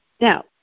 Now